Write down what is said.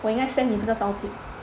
我应该 send 你这个照片